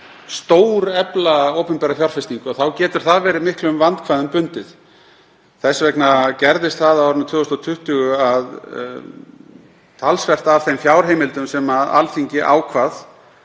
stórefla opinbera fjárfestingu getur það verið miklum vandkvæðum bundið. Þess vegna gerðist það á árinu 2020 að talsvert af þeim fjárheimildum sem Alþingi ákvað